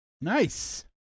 Nice